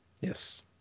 Yes